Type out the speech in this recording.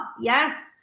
Yes